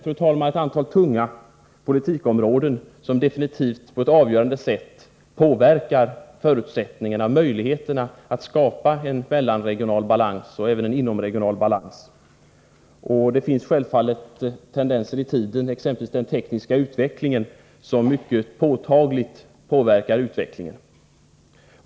Det finns ett antal tunga politikområden som definitivt på ett avgörande sätt påverkar förutsättningarna och möjligheterna att skapa en mellanregional balans och även en inomregional balans. Det finns tendenser i tiden, exempelvis den tekniska utvecklingen, som mycket påtagligt påverkar utvecklingen.